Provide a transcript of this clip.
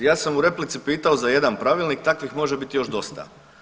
Ja sam u replici pitao za jedan pravilnik, takvih može biti još dosta.